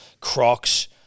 Crocs